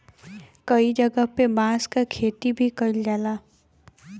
कई जगह पे बांस क खेती भी कईल जाला